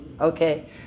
okay